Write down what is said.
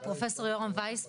פרופ' יורם וייס,